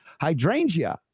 hydrangea